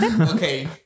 Okay